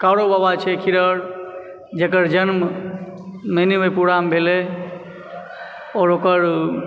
कारोबाबा छै जेकर जन्म पुरामे भेलय आओर ओकर